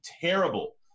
terrible